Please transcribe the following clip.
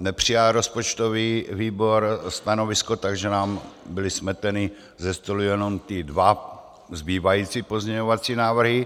nepřijal rozpočtový výbor stanovisko, takže nám byly smeteny ze stolu jenom ty dva zbývající pozměňovací návrhy.